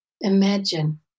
Imagine